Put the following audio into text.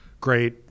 great